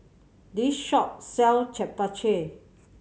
this shop sell Japchae